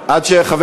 פרנקל,